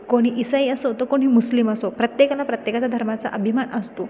कोणी ईसाई असो तर कोणी मुस्लिम असो प्रत्येकाला प्रत्येकाच्या धर्माचा अभिमान असतो